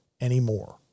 anymore